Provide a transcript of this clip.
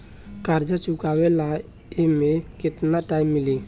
कर्जा चुकावे ला एमे केतना टाइम मिली?